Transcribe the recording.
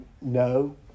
no